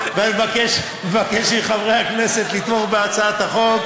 ואני מבקש מחברי הכנסת לתמוך בהצעת החוק.